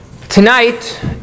Tonight